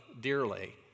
dearly